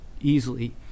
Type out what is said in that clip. easily